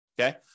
Okay